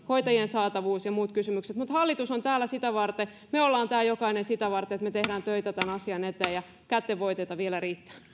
hoitajien saatavuus ja muitakin kysymyksiä mutta hallitus on täällä sitä varten me olemme täällä jokainen sitä varten että me teemme töitä tämän asian eteen ja kätten voiteita vielä riittää